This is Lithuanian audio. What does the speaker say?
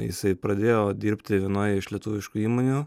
jisai pradėjo dirbti vienoj iš lietuviškų įmonių